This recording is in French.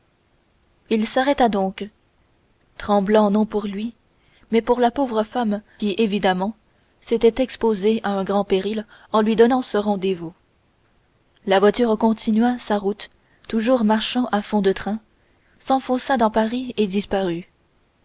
il s'arrêta donc tremblant non pour lui mais pour la pauvre femme qui évidemment s'était exposée à un grand péril en lui donnant ce rendez-vous la voiture continua sa route toujours marchant à fond de train s'enfonça dans paris et disparut